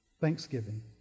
thanksgiving